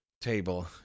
table